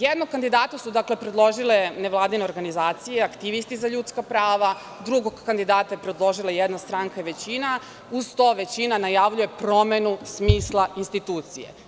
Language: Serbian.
Jednog kandidata su, dakle, predložile nevladine organizacije, aktivisti za ljudska prava, drugog kandidata je predložila jedna stranka i većina, a uz to, većina najavljuje promenu smisla institucije.